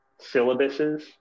syllabuses